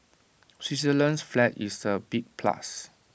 Switzerland's flag is A big plus